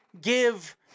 give